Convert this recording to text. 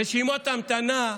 רשימות המתנה,